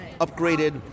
upgraded